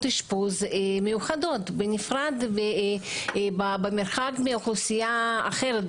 אשפוז מיוחדות בנפרד ובמיוחד מאוכלוסייה אחרת,